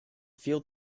field